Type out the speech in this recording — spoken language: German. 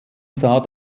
sah